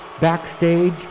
backstage